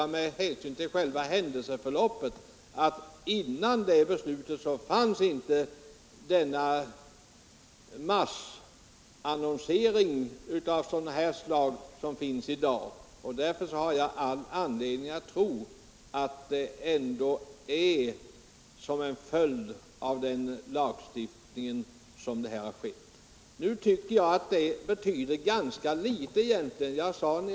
Med hänsyn till själva händelseförloppet kan man väl konstatera att före det beslutet fanns inte den massannonsering av detta slag som förekommer i dag. Därför har jag all anledning att tro att det är som en följd av lagstiftningen som den har uppstått. Nu betyder det egentligen ganska litet.